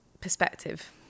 perspective